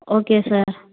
okay sir